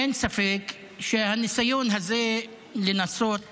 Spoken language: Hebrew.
אין ספק שהניסיון הזה לנסות